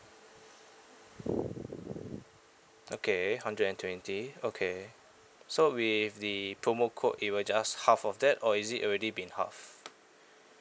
okay hundred and twenty okay so with the promo code it will just half of that or is it already been half